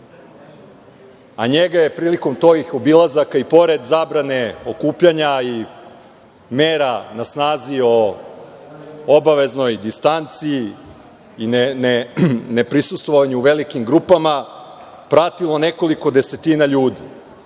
a njega je prilikom tih obilazaka, i pored zabrane okupljanja i mera na snazi o obaveznoj distanci i ne prisustvovanju u velikim grupama, pratilo nekoliko desetina ljudi,